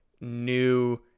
new